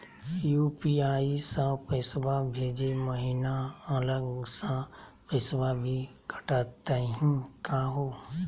UPI स पैसवा भेजै महिना अलग स पैसवा भी कटतही का हो?